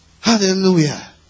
Hallelujah